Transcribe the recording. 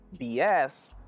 BS